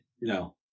No